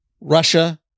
Russia